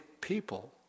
people